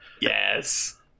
Yes